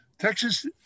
Texas